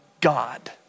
God